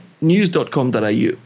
news.com.au